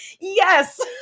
yes